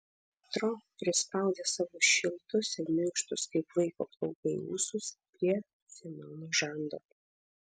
petro prispaudė savo šiltus ir minkštus kaip vaiko plaukai ūsus prie semiono žando